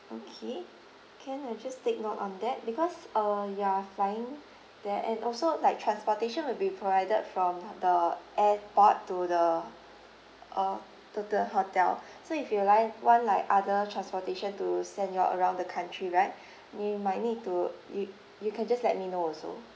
okay can I just take note on that because uh you're flying there and also like transportation will be provided from the airport to the uh the the hotel so if you'd like want like other transportation to send you all around the country right we might need to you you can just let me know also